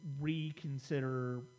reconsider